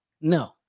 No